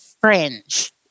Fringe